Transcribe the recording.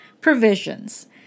Provisions